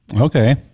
Okay